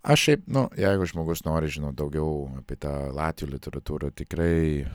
aš šiaip nu jeigu žmogus nori žinot daugiau apie tą latvių literatūrą tikrai